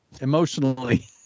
emotionally